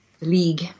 League